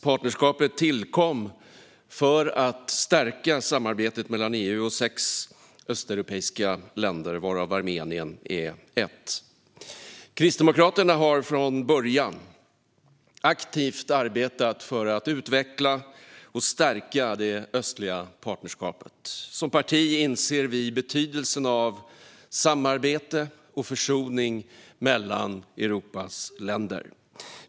Partnerskapet tillkom för att stärka samarbetet mellan EU och sex östeuropeiska länder, varav Armenien är ett. Kristdemokraterna har från början aktivt arbetat för att utveckla och stärka det östliga partnerskapet. Som parti inser vi betydelsen av samarbete och försoning mellan Europas länder.